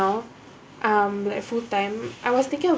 I'm full time I was thinking of